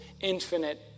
infinite